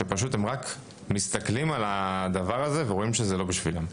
שפשוט רק מסתכלים על הדברים הזה ורואים שזה לא בשבילם.